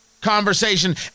conversation